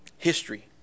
History